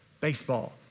baseball